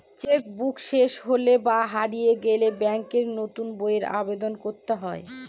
check book শেষ হলে বা হারিয়ে গেলে ব্যাঙ্কে নতুন বইয়ের আবেদন করতে হয়